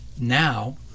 Now